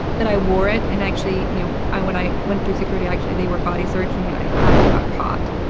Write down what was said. that i wore it. and actually, you know, when i went through security, actually, they were body searching, and i i and i got caught.